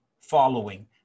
following